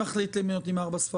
מי מחליט למי נותנים ארבע ספרות?